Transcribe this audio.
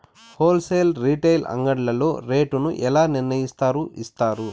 Whole sale retail అంగడ్లలో rate ను ఎలా నిర్ణయిస్తారు యిస్తారు?